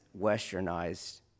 westernized